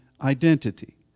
identity